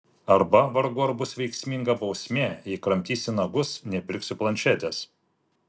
arba vargu ar bus veiksminga bausmė jei kramtysi nagus nepirksiu planšetės